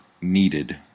needed